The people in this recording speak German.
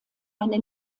eine